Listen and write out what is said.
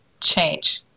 change